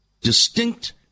distinct